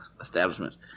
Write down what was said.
establishments